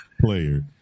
player